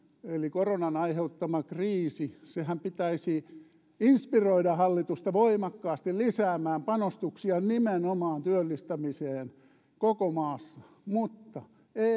eli koronan aiheuttaman kriisinhän pitäisi inspiroida hallitusta voimakkaasti lisäämään panostuksia nimenomaan työllistämiseen koko maassa mutta ei